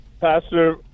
Pastor